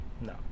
No